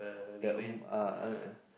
that ah